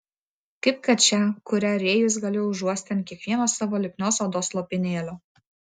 kaip kad šią kurią rėjus galėjo užuosti ant kiekvieno savo lipnios odos lopinėlio